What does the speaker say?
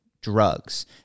drugs